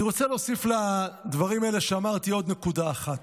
אני רוצה להוסיף לדברים האלה שאמרתי עוד נקודה אחת.